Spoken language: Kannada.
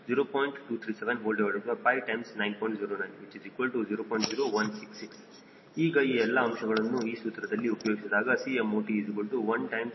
0166 ಈಗ ಈ ಎಲ್ಲಾ ಅಂಶಗಳನ್ನು ಈ ಸೂತ್ರದಲ್ಲಿ ಉಪಯೋಗಿಸಿದಾಗ 𝐶m0t 1 ∗ 0